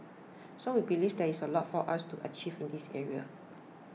so we believe there is a lot for us to achieve in this area